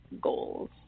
goals